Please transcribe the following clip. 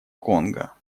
конго